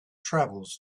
travels